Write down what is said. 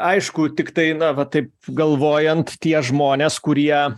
aišku tiktai na va taip galvojant tie žmonės kurie